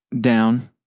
down